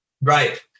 Right